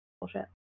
bullshit